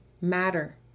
matter